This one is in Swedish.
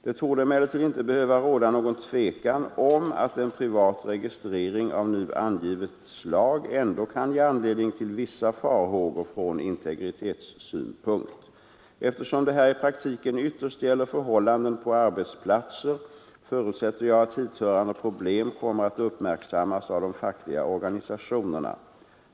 Det torde emellertid inte behöva råda något tvivel om att en privat registrering av nu angivet slag ändå kan ge anledning till vissa farhågor från integritetssynpunkt. Eftersom det här i praktiken ytterst gäller förhållanden på arbetsplatser förutsätter jag att hithörande problem kommer att uppmärksammas av de fackliga organisationerna.